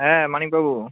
হ্যাঁ মানিকবাবু